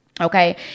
Okay